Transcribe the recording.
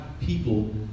people